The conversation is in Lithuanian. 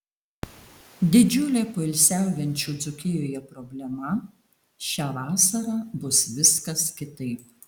didžiulė poilsiaujančių dzūkijoje problema šią vasarą bus viskas kitaip